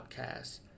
podcast